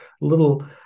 little